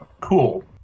Cool